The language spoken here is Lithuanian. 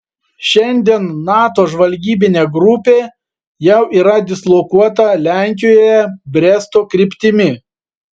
šiandien nato žvalgybinė grupė jau yra dislokuota lenkijoje bresto kryptimi